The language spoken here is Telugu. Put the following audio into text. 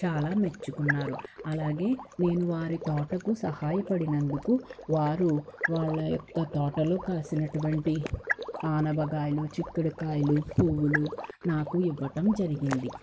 చాలా మెచ్చుకున్నారు అలాగే నేను వారి తోటకు సహాయపడినందుకు వారు వాళ్ళ యొక్క తోటలో కాసినటువంటి అనపకాయలు చిక్కుడుకాయలు పువ్వులు నాకు ఇవ్వటం జరిగింది